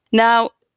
now,